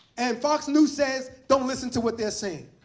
and fox news says, don't listen to what they're saying.